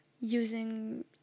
Using